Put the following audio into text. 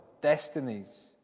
destinies